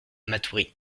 matoury